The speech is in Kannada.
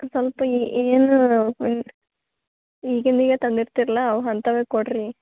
ಸ್ವಲ್ಪ ಏನೂ ಈಗಿಂದ ಹೀಗೆ ತಂದಿರ್ತೀರಲ್ಲ ಅವು ಅಂಥವೇ ಕೊಡಿರಿ